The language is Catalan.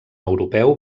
europeu